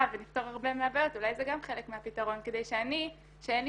ונפתור הרבה מהבעיות אולי זה גם חלק מהפתרון כדי שאני שאין לי